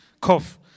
cough